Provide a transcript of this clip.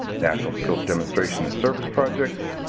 national-scope demonstration and service projects,